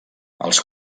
als